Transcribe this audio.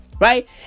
right